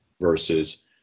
versus